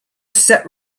set